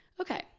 okay